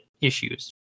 issues